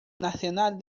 nacional